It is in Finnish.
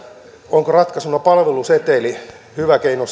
onko palveluseteli ratkaisuna hyvä keino